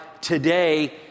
today